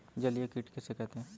जलीय कीट किसे कहते हैं?